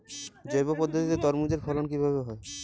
জৈব পদ্ধতিতে তরমুজের ফলন কিভাবে হয়?